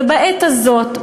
ובעת הזאת,